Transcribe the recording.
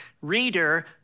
Reader